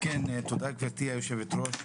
תודה גברתי היושבת-ראש,